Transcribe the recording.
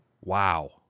Wow